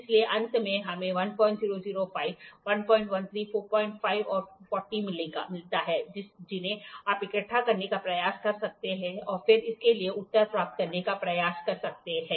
इसलिए अंत में हमें 1005 113 45 और 40 मिलते हैं जिन्हें आप इकट्ठा करने का प्रयास कर सकते हैं और फिर इसके लिए उत्तर प्राप्त करने का प्रयास कर सकते हैं